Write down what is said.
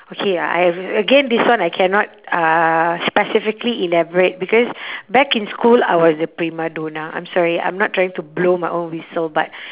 okay I again this one I cannot uh specifically elaborate because back in school I was the prima donna I'm sorry I'm not trying to blow my own whistle but